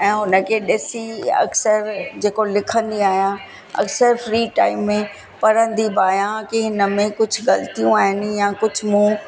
ऐं हुनखे ॾिसी अक्सर जेको लिखंदी आयां अक्सर फ्री टाइम में पढंदी बि आहियां कि हिन में कुझु ग़लतियूं आहिनि या कुझु मूं